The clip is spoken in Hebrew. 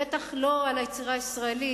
בטח לא על היצירה הישראלית,